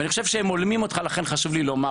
ואני חושב שהם הולמים אותך לכן חשוב לי לומר.